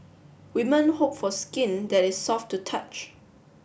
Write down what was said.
women hope for skin that is soft to touch